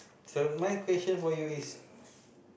so my question for you is